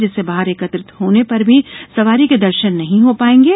जिससे बाहर एकत्रित होने पर भी सवारी के दर्शन नहीं हो पायेंगे